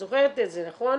את זוכרת את זה נכון?